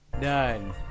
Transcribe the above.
Done